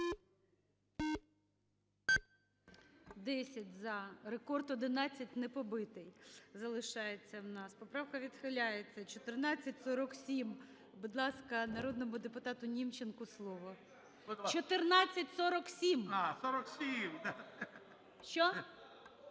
За-10 Рекорд 11 не побитий. Залишається в нас. Поправка відхиляється. 1447. Будь ласка, народному депутату Німченку слово. 1447! (Шум у